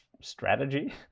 strategy